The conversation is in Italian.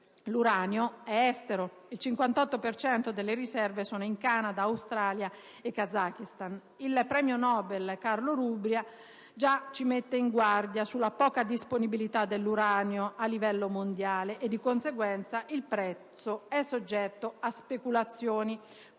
l'uranio, è estero: il 58 per cento delle riserve sono in Canada, Australia e Kazakistan. Il premio Nobel Carlo Rubbia già ci mette in guardia sulla poca disponibilità dell'uranio a livello mondiale e di conseguenza il prezzo dello stesso è soggetto a speculazioni, come